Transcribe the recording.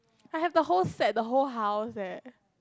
I have the whole set the whole house leh